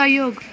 सहयोग